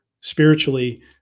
spiritually